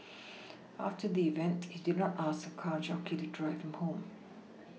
after the event he did not ask a car jockey to drive him home